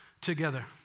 together